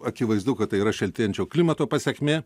akivaizdu kad tai yra šiltėjančio klimato pasekmė